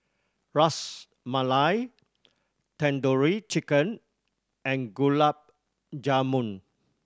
Ras Malai Tandoori Chicken and Gulab Jamun